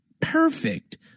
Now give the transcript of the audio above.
perfect